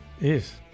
yes